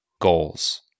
goals